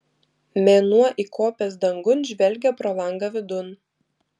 mėnuo įkopęs dangun žvelgia pro langą vidun